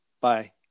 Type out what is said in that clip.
Bye